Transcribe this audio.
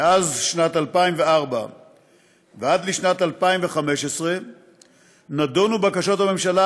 משנת 2004 עד שנת 2015 נדונו בקשות הממשלה